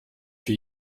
für